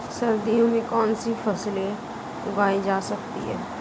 सर्दियों में कौनसी फसलें उगाई जा सकती हैं?